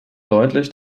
deutlich